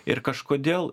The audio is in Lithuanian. ir kažkodėl